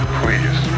please